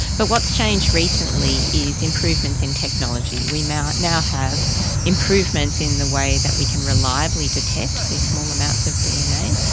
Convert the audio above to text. but what's changed recently is improvement in technology. we now now have improvements in the way that we can reliably detect these small amounts of dna.